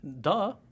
Duh